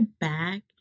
back